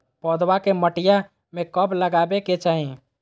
पौधवा के मटिया में कब लगाबे के चाही?